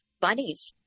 bunnies